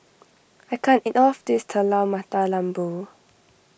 I can't eat all of this Telur Mata Lembu